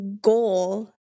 goal